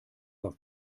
auf